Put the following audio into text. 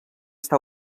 està